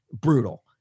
brutal